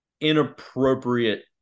inappropriate